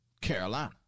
Carolina